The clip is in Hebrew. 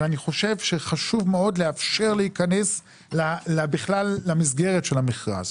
אבל אני חושב שחשוב מאוד לאפשר להיכנס בכלל למסגרת של המכרז.